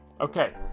Okay